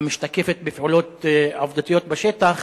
המשתקפת בפעולות עובדתיות בשטח,